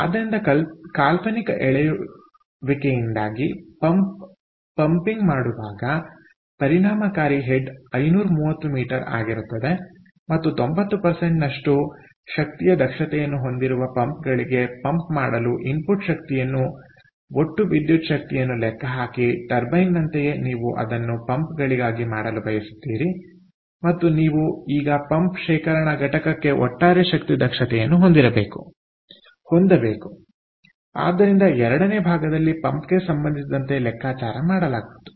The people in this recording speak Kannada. ಆದ್ದರಿಂದ ಕಾಲ್ಪನಿಕ ಎಳೆಯುವಿಕೆಯಿಂದಾಗಿ ಪಂಪ್ ಪಂಪಿಂಗ್ ಮಾಡುವಾಗ ಪರಿಣಾಮಕಾರಿ ಹೆಡ್ 530 ಮೀ ಆಗಿರುತ್ತದೆ ಮತ್ತು 90 ನಷ್ಟು ಶಕ್ತಿಯ ದಕ್ಷತೆಯನ್ನು ಹೊಂದಿರುವ ಪಂಪ್ಗಳಿಗೆ ಪಂಪ್ ಮಾಡಲು ಇನ್ಪುಟ್ ಶಕ್ತಿಯನ್ನು ಒಟ್ಟು ವಿದ್ಯುತ್ ಶಕ್ತಿಯನ್ನು ಲೆಕ್ಕಹಾಕಿ ಟರ್ಬೈನ್ನಂತೆಯೇ ನೀವು ಅದನ್ನು ಪಂಪ್ಗಳಿಗಾಗಿ ಮಾಡಲು ಬಯಸುತ್ತೀರಿ ಮತ್ತು ನೀವು ಈಗ ಪಂಪ್ ಶೇಖರಣಾ ಘಟಕಕ್ಕೆ ಒಟ್ಟಾರೆ ಶಕ್ತಿಯ ದಕ್ಷತೆಯನ್ನು ಹೊಂದಬೇಕು ಆದ್ದರಿಂದ ಎರಡನೇ ಭಾಗದಲ್ಲಿ ಪಂಪ್ ಗೆ ಸಂಬಂಧಿಸಿದಂತೆ ಲೆಕ್ಕಚಾರ ಮಾಡಲಾಗುವುದು